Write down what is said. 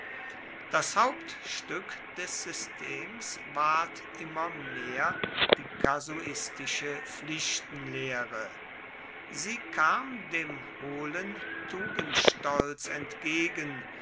das hauptstück des systems ward immer mehr die kasuistische pflichtenlehre sie kam dem hohlen tugendstolz entgegen